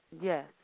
Yes